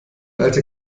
alte